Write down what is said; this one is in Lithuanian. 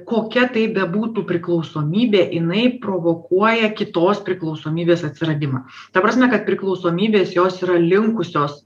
kokia tai bebūtų priklausomybė jinai provokuoja kitos priklausomybės atsiradimą ta prasme kad priklausomybės jos yra linkusios